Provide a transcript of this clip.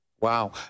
Wow